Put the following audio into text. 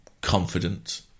confident